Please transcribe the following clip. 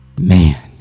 Man